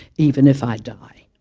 even if i die,